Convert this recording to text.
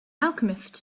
alchemist